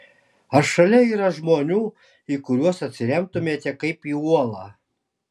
ar šalia yra žmonių į kuriuos atsiremtumėte kaip į uolą